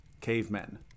Cavemen